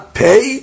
pay